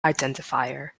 identifier